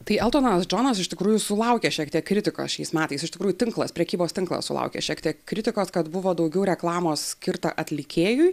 tai eltonas džonas iš tikrųjų sulaukė šiek tiek kritikos šiais metais iš tikrųjų tinklas prekybos tinklas sulaukė šiek tiek kritikos kad buvo daugiau reklamos skirta atlikėjui